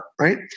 right